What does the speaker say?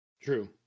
true